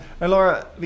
Laura